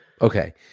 Okay